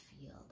field